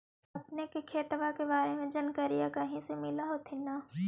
अपने के खेतबा के बारे मे जनकरीया कही से मिल होथिं न?